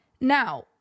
now